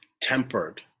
tempered